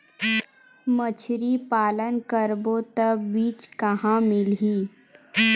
मछरी पालन करबो त बीज कहां मिलही?